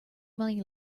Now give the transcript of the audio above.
money